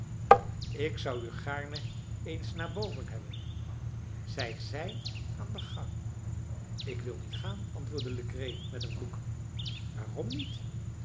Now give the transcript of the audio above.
ik zou u gaarne eens naar boven hebben zij zijn aan den gang ik wil niet gaan antwoordde legree met een vloek waarom niet